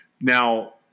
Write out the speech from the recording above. Now